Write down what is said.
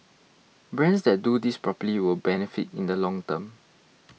brands that do this properly will benefit in the long term